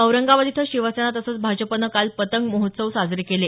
औरंगाबाद इथं शिवसेना तसंच भाजपनं काल पतंग महोत्सव साजरे केले